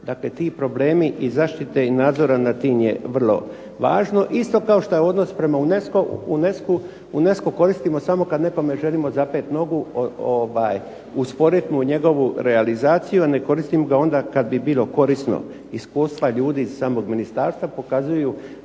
dakle ti problemi i zaštite i nadzora nad tim je vrlo važno, isto kao što je odnos prema UNESCO-u, UNESCO koristimo samo kad nekome želimo zapeti nogu, usporiti mu njegovu realizaciju, a ne koristimo ga onda kad bi bilo korisno. Iskustva ljudi samog ministarstva pokazuju